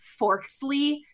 Forksley